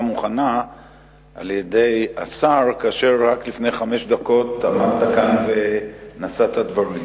מוכנה על-ידי השר כאשר רק לפני חמש דקות עמדת כאן ונשאת דברים.